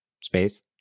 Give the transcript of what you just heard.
space